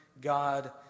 God